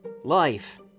life